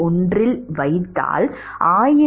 31 இல் வைத்தால் 1061